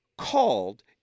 called